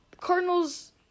Cardinals